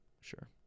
Sure